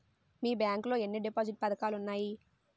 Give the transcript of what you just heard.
మీ bank లో ఎన్ని deposit పథకాలు ఉన్నాయి?